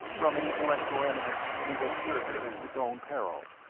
from an intellectual eminence he was surveying his own peril.